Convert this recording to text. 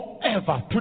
Forever